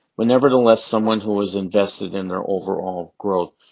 but, nevertheless, someone who is invested in their overall growth.